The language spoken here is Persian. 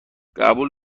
قبول